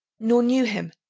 nor knew him.